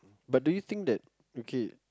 but do you think that okay